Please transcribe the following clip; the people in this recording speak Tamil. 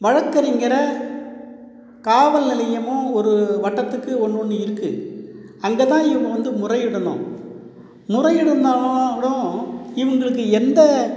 வழக்கறிஞரை காவல் நிலையமும் ஒரு வட்டத்துக்கு ஒன்று ஒன்று இருக்குது அங்கே தான் இவங்க வந்து முறையிடணும் முறையிடனாலும் கூடம் இவங்களுக்கு எந்த